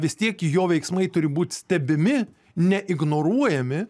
vis tiek jo veiksmai turi būt stebimi ne ignoruojami